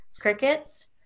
crickets